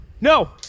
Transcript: No